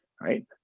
right